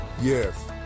Yes